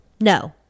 No